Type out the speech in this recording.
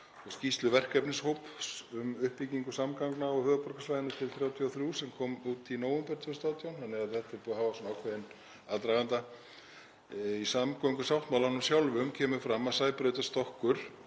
og skýrslu verkefnishóps um uppbyggingu samgangna á höfuðborgarsvæðinu til 2033 sem kom út í nóvember 2018, þannig að þetta er búið að hafa ákveðinn aðdraganda. Í samgöngusáttmálanum sjálfum kemur fram að Sæbrautarstokkur,